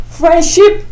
friendship